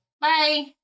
Bye